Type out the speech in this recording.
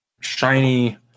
Shiny